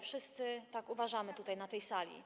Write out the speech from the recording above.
Wszyscy tak uważamy tutaj na tej sali.